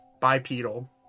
bipedal